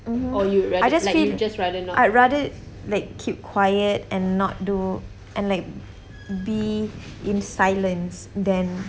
mmhmm I just feel I'd rather like keep quiet and not do and like be in silence than